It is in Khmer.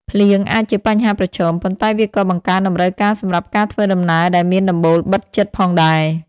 ភ្លៀងអាចជាបញ្ហាប្រឈម ប៉ុន្តែវាក៏បង្កើនតម្រូវការសម្រាប់ការធ្វើដំណើរដែលមានដំបូលបិទជិតផងដែរ។